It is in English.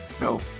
No